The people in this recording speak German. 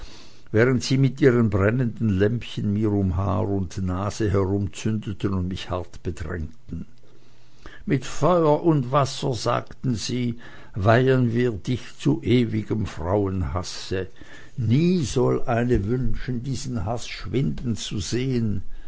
während sie mit ihren brennenden lämpchen mir um haar und nase herumzündeten und mich hart bedrängten mit feuer und wasser sagten sie weihen wir dich zu ewigem frauenhasse nie soll eine wünschen diesen haß schwinden zu sehen